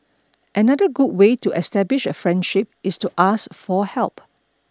another good way to establish a friendship is to ask for help